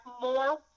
more